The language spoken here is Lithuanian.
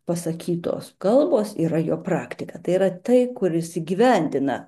pasakytos kalbos yra jo praktika tai yra tai kur jis įgyvendina